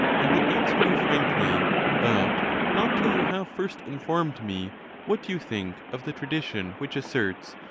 i will answer you frankly but not till you have first informed me what you think of the tradition which asserts,